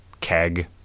keg